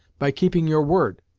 by keeping your word.